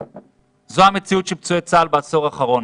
זו המציאות של פצועי צה"ל בעשור האחרון.